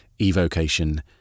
eVocation